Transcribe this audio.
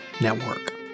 Network